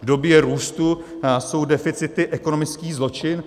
V době růstu jsou deficity ekonomický zločin.